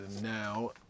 now